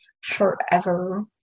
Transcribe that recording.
forever